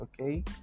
okay